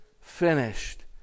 finished